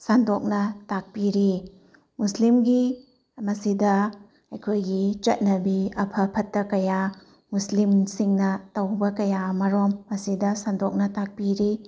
ꯁꯟꯗꯣꯛꯅ ꯇꯥꯛꯄꯤꯔꯤ ꯃꯨꯁꯂꯤꯝꯒꯤ ꯃꯁꯤꯗ ꯑꯩꯈꯣꯏꯒꯤ ꯆꯠꯅꯕꯤ ꯑꯐ ꯐꯠꯇ ꯀꯌꯥ ꯃꯨꯁꯂꯤꯝꯁꯤꯡꯅ ꯇꯧꯕ ꯀꯌꯥ ꯑꯃꯔꯣꯝ ꯃꯁꯤꯗ ꯁꯟꯗꯣꯛꯅ ꯇꯥꯛꯄꯤꯔꯤ